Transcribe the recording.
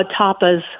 tapas